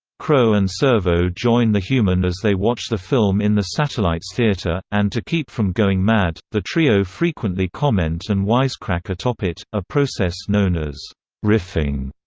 crow and servo join the human as they watch the film in the satellite's theater, and to keep from going mad, the trio frequently comment and wisecrack atop it, a process known as riffing.